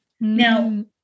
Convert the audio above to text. Now